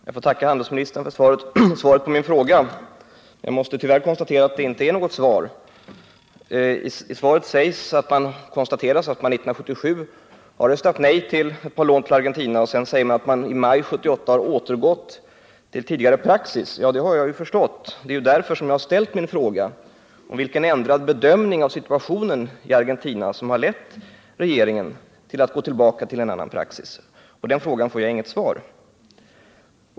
Herr talman! Jag tackar handelsministern för svaret på min fråga, men jag måste tyvärr konstatera att det egentligen inte är något svar. Där sägs nämligen att man från svensk sida 1977 röstade nej till eu par lån till Argentina men att regeringen i maj 1978 återgått till tidigare praxis. Men det har jag ju förstått. Det är ju därför som jag har ställt min fråga om vilken ändrad bedömning av situationen i Argentina som föranlett regeringen att gå tillbaka till tidigare praxis, och på den frågan får jag alltså inget svar.